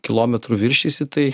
kilometru viršysi tai